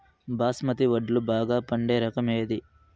బాస్మతి వడ్లు బాగా పండే రకం ఏది